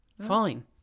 Fine